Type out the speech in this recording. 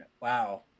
wow